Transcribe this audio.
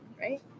right